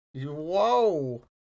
Whoa